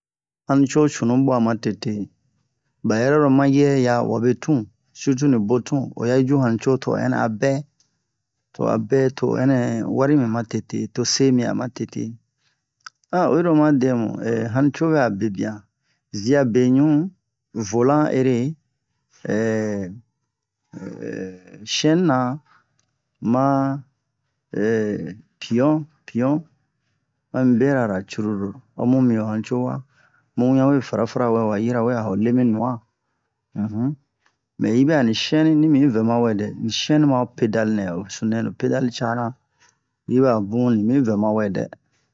hanuco cunu bwa ma tete ba yɛrɛ lo mayɛ ya wabe tun surtu ni botun o ya i ju hanuco to o ɛnɛ a bɛ to o'a bɛ to o ɛnɛ wari mi ma tete to se mi a ma tete oyi ro oma dɛmu hanuco bɛ a bebian zia beɲu volan ere chɛnina ma pion pion mamu bera ra cruru omu mi ho hanuco wa mu wian we fara fara wɛ wa yirawe a ho lemi nu'a mɛ hibɛ'a ni chɛni ni mi vɛ ma wɛ dɛ ni chɛni ma ho pedal nɛ ho sunu nɛ lo pedal cana hi bɛ'a bun ni mi vɛ mawɛ dɛ